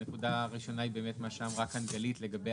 הנקודה הראשונה היא באמת מה שאמרה כאן גלית לגבי